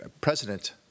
President